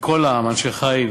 אנשי חיל,